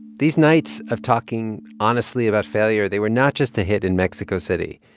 these nights of talking honestly about failure, they were not just a hit in mexico city.